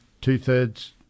two-thirds